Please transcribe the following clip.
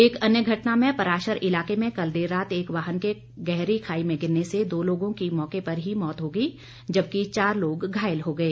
एक अन्य घटना में पराशर इलाके में कल देर रात एक वाहन के गहरी खाई में गिरने से दो लोगों की मौके पर ही मौत हो गई जबकि चार लोग घायल हो गए